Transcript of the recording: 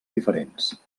diferents